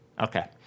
Okay